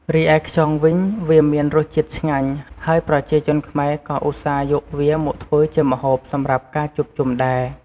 រីឯខ្យងវិញ វាមានរសជាតិឆ្ងាញ់ ហើយប្រជាជនខ្មែរក៏ឧស្សាហ៍យកវាមកធ្វើជាម្ហូបសម្រាប់ការជួបជុំដែរ។